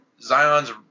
Zion's